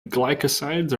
glycosides